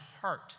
heart